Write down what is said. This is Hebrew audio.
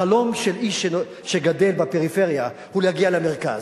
החלום של איש שגדל בפריפריה הוא להגיע למרכז.